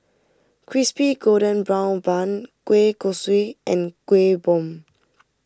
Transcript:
Crispy Golden Brown Bun Kueh Kosui and Kueh Bom